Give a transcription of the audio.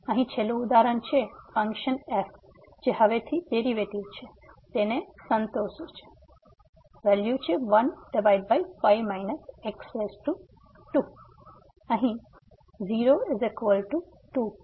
અહીં છેલ્લું ઉદાહરણ છે ફંક્શન f જે હવેથી ડેરિવેટિવ છે તેને સંતોષે છે 15 x2 અને 2